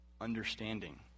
understanding